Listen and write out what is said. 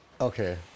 Okay